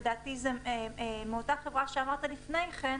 לדעתי מאותה חברה שהזכרת לפני כן,